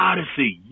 Odyssey